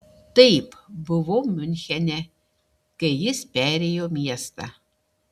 taip buvau miunchene kai jis perėjo miestą